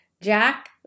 Jack